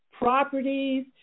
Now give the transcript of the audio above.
properties